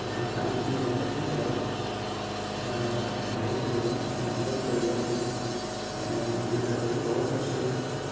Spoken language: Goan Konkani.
आनीक मल्लिकार्जून देवाक भेट घेवन आमचो पयलो दीस दिवजाचें भोंर अशें